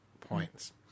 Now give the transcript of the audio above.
points